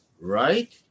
right